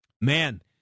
man